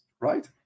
right